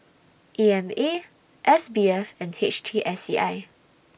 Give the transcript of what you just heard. E M A S B F and H T S C I